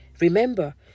Remember